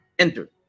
Enter